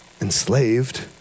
enslaved